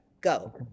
go